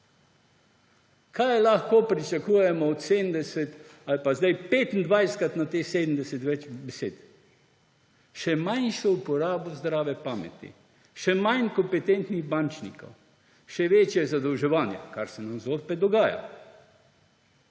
Kaj lahko pričakujemo od 70-krat ali pa zdaj 25-krat na teh 70-krat več besed? Še manjšo uporabo zdrave pameti, še manj kompetentnih bančnikov, še večje zadolževanje – kar se nam zopet dogaja,